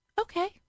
Okay